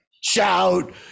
shout